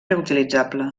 reutilitzable